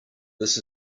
this